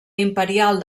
imperial